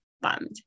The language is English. bummed